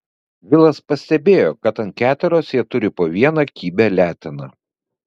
vilas pastebėjo kad ant keteros jie turi po vieną kibią leteną